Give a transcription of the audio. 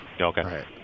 Okay